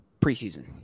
preseason